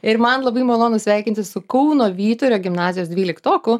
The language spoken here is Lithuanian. ir man labai malonu sveikintis su kauno vyturio gimnazijos dvyliktoku